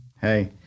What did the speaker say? Hey